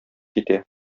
китә